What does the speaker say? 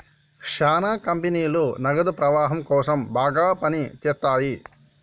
శ్యానా కంపెనీలు నగదు ప్రవాహం కోసం బాగా పని చేత్తయ్యి